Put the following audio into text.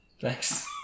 Thanks